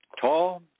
tall